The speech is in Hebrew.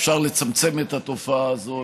אפשר לצמצם את התופעה הזאת,